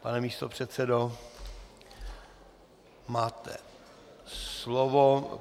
Pane místopředsedo, máte slovo.